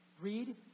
Read